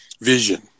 Vision